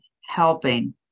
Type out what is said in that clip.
helping